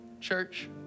church